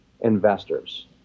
investors